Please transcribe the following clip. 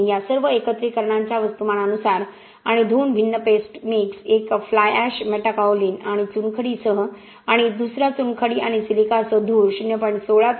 2 या सर्व एकत्रिकरणांच्या वस्तुमानानुसार आणि दोन भिन्न पेस्ट मिक्स एक फ्लाय ऍश मेटाकाओलिन आणि चुनखडीसह आणि दुसरा चुनखडी आणि सिलिकासह धूर 0